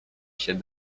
się